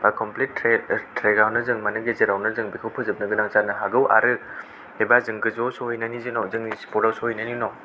एबा कमप्लिट ट्रेकावनो जों माने गेजेरावनो जों बेखौ फोजोबनो गोनां जानो हागौ आरो एबा जों गोजौयाव सहैनायनि जोंनि स्पटाव सहैनायनि उनाव